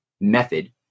method